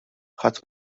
ħadd